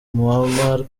muammar